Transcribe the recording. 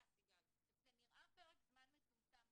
--- זה נראה פרק זמן מצומצם.